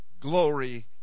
glory